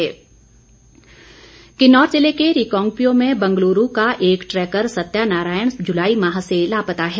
लापता किन्नौर जिले के रिकांगपिओ में बंगलुरू के एक ट्रैकर सत्या नारायण जुलाई माह से लापता है